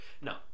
No